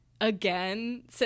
again